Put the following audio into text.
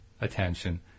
attention